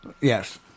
Yes